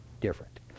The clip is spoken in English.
different